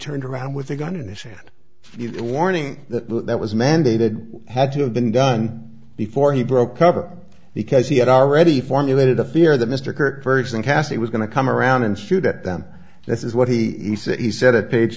turned around with a gun in his hand you know warning that that was mandated had to have been done before he broke up because he had already formulated a fear that mr kirk very soon cassie was going to come around and shoot at them this is what he said he said at page